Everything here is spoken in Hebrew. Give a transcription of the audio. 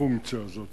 בפונקציה הזאת,